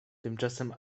tymczasem